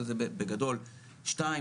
אבל זה בגדול 2,